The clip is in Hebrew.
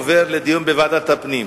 עובר לדיון בוועדת הפנים.